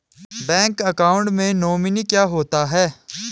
Bank account में nominee क्या होता है?